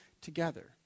together